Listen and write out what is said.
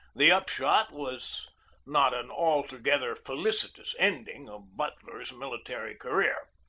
the upshot was not an altogether felicitous ending of butler's military career,